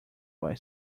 buy